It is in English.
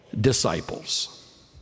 disciples